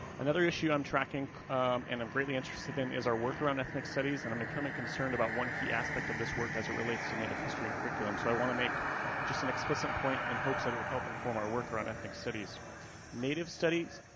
another issue i'm tracking and i'm greatly interested in is our work around ethnic studies and i'm becoming concerned about one key aspect of this work as it relates to native history and curriculum. so i want to make just an explicit point and hopes that will help inform our work around ethnic studies sti studies,